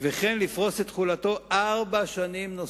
וכן לפרוס את תחולתו על פני ארבע שנים נוספות,